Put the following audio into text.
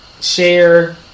share